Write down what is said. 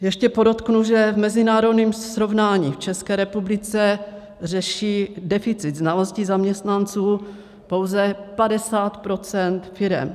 Ještě podotknu, že v mezinárodním srovnání v České republice řeší deficit znalostí zaměstnanců pouze 50 % firem.